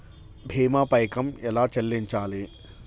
భీమా పైకం ఎలా చెల్లించాలి?